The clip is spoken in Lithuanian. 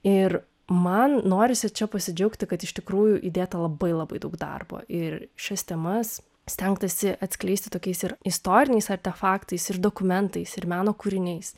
ir man norisi čia pasidžiaugti kad iš tikrųjų įdėta labai labai daug darbo ir šias temas stengtasi atskleisti tokiais ir istoriniais artefaktais ir dokumentais ir meno kūriniais